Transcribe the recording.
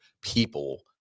people